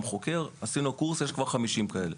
עשינו קורס ויש כבר 50 כאלה.